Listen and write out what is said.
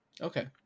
Okay